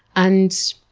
and,